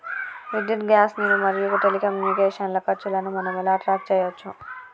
విద్యుత్ గ్యాస్ నీరు మరియు టెలికమ్యూనికేషన్ల ఖర్చులను మనం ఎలా ట్రాక్ చేయచ్చు?